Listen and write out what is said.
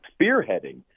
spearheading